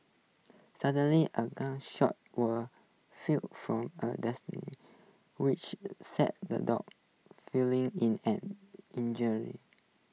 suddenly A gun shot were fired from A which sent the dogs feeling in an injury